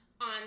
on